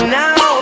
now